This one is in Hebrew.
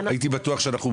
אבל אני מנסה דבר פשוט מאוד,